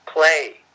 Play